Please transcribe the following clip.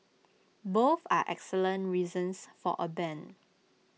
both are excellent reasons for A ban